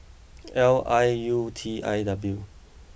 L I U T I W